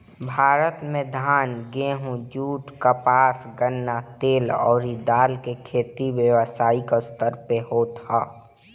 भारत में धान, गेंहू, जुट, कपास, गन्ना, तेल अउरी दाल के खेती व्यावसायिक स्तर पे होत ह